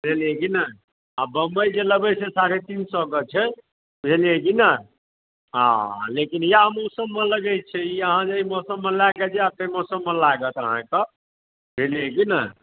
बुझलियै कि नहि आ बम्बइ जे लेबै से साढ़े तीन सए कऽ छै बुझलियै कि नहि हँ लेकिन इएह मौसममे लगैत छै ई अहाँ जे एहि मौसममे लैकऽ जाएब तऽ एहि मौसममे लागत अहाँकऽ बुझलियै कि नहि